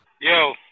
Yo